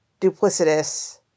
duplicitous